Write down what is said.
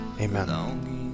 amen